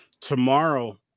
Tomorrow